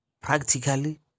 practically